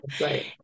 Right